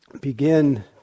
begin